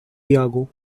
diego